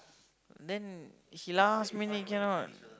then he last minute cannot